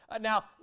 Now